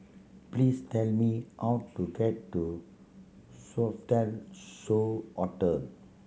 please tell me how to get to Sofitel So Hotel